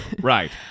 Right